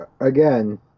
Again